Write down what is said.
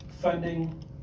funding